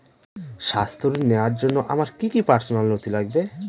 স্বাস্থ্য ঋণ নেওয়ার জন্য আমার কি কি পার্সোনাল নথি লাগবে?